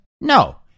No